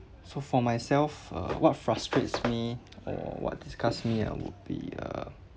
so for myself uh what frustrates me or what disgusts me I would be uh